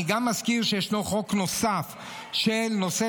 אני גם מזכיר שישנו חוק נוסף של נושא